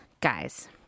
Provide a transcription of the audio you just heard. Guys